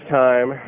time